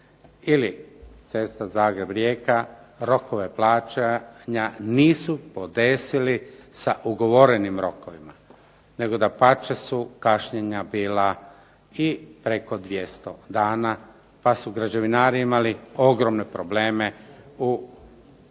ili cesta Zagreb-Rijeka rokove plaćanja nisu podesili sa ugovorenim rokovima, nego dapače kašnjenja su bila i preko 200 dana, pa su građevinari imali ogromne probleme u izvršavanju